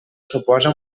suposa